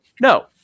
no